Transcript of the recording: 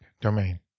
domain